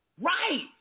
Right